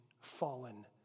fallen